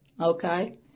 okay